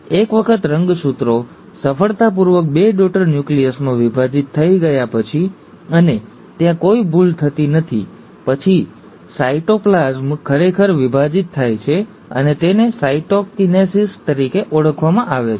એક વખત રંગસૂત્રો સફળતાપૂર્વક બે ડૉટર ન્યુક્લિયસમાં વિભાજિત થઈ ગયા પછી અને ત્યાં કોઈ ભૂલ થતી નથી પછી સાઇટોપ્લાસમ ખરેખર વિભાજિત થાય છે અને તેને સાયટોકિનેસિસ તરીકે ઓળખવામાં આવે છે